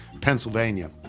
Pennsylvania